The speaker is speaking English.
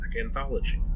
anthology